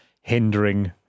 hindering